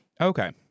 Okay